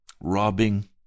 robbing